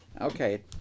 Okay